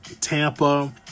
Tampa